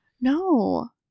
No